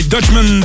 Dutchman